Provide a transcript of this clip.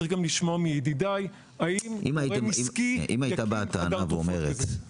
צריך גם לשמוע מידידיי האם גורם עסקי --- אם היית בא אתה ואומר את זה